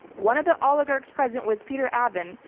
one of the oligarchs present was peter abin,